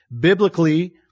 Biblically